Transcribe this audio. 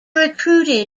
recruited